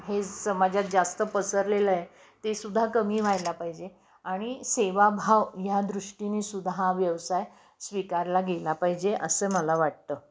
हे समाजात जास्त पसरलेलं आहे तेसुद्धा कमी व्हायला पाहिजे आणि सेवाभाव ह्या दृष्टीनेसुद्धा हा व्यवसाय स्वीकारला गेला पाहिजे असं मला वाटतं